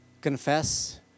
confess